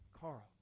Carl